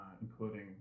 Including